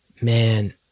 man